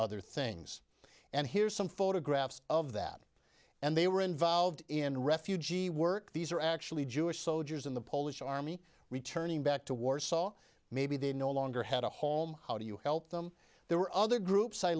other things and here's some photographs of that and they were involved in refugee work these are actually jewish soldiers in the polish army returning back to warsaw maybe they no longer had a home how do you help them there were other groups i